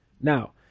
Now